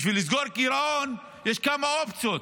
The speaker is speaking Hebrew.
בשביל לסגור גירעון יש כמה אופציות.